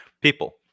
People